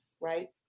right